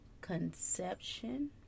conception